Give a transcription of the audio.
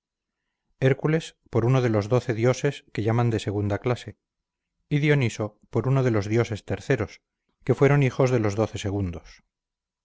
hércules por uno de los doce dioses que llaman de segunda clase y dioniso por uno de los dioses terceros que fueron hijos de los doce segundos